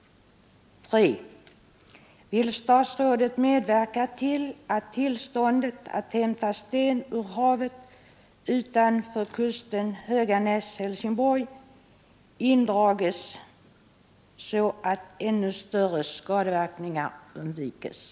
3. Vill statsrådet medverka till att tillståndet att hämta sten ur havet utanför kusten Höganäs—Helsingborg indrages, så att ännu större -” skadeverkningar undvikes?